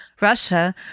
Russia